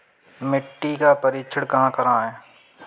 मिट्टी का परीक्षण कहाँ करवाएँ?